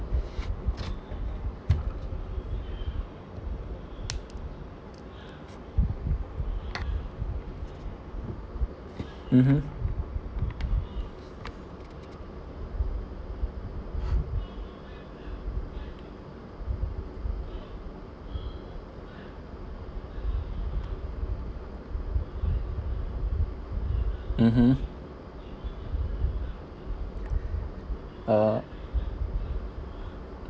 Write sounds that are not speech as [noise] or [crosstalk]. [breath] mmhmm mmhmm [noise] uh